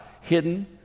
hidden